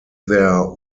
their